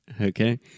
Okay